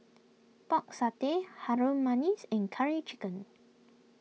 Pork Satay Harum Manis and Curry Chicken